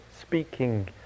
speaking